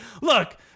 Look